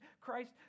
Christ